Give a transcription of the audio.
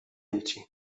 empty